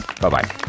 Bye-bye